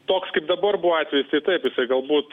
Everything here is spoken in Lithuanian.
toks kaip dabar buvo atvejis tai taip jisai galbūt